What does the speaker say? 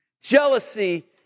Jealousy